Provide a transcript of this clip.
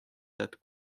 tad